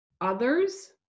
others